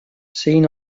siguin